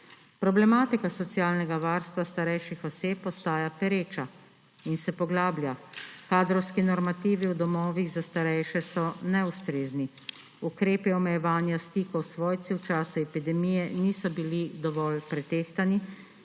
Problematika socialnega varstva starejših oseb ostaja pereča in se poglablja. Kadrovski normativi v domovih za starejše so neustrezni, ukrepi omejevanja stikov s svojci v času epidemije niso bili dovolj pretehtani.